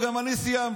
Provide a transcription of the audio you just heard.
וגם אני סיימתי.